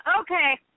Okay